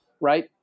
right